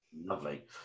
Lovely